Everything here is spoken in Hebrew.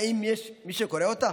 האם יש מי שקורא אותה?